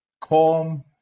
calm